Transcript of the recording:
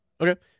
Okay